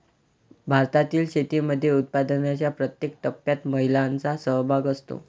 भारतातील शेतीमध्ये उत्पादनाच्या प्रत्येक टप्प्यात महिलांचा सहभाग असतो